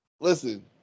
Listen